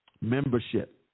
Membership